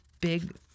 big